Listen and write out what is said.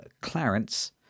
Clarence